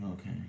Okay